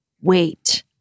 wait